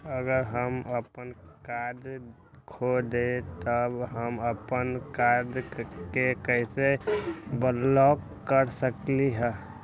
अगर हम अपन कार्ड खो देली ह त हम अपन कार्ड के कैसे ब्लॉक कर सकली ह?